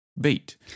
beat